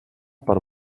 per